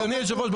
אדוני היושב-ראש,